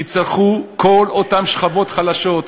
יצטרכו כל אותן שכבות חלשות,